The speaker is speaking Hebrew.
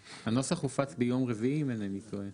האגרה בתעריפים האלה שתיגבה היא 20% מגובה האגרה.